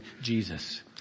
Jesus